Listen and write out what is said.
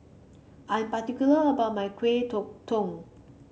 I am particular about my kuih